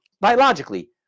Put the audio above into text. biologically